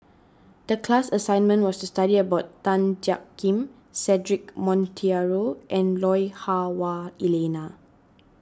the class assignment was to study about Tan Jiak Kim Cedric Monteiro and Lui Hah Wah Elena